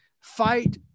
fight